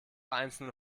einzelne